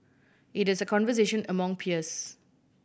it is a conversation among peers